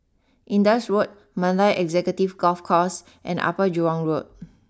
Indus Road Mandai Executive Golf Course and Upper Jurong Road